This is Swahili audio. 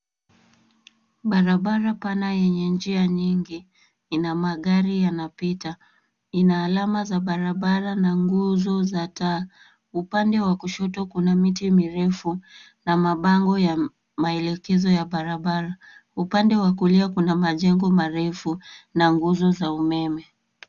Barabara pana yenye njia nyingi ina magari yanapita. Ina alama za barabara na nguzo za taa. Upande wa kushoto kuna miti mirefu na mabango ya maelekezo ya barabara. Upande wa kulia kuna majengo marefu na nguzo za umeme.